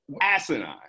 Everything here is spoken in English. asinine